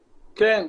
כן.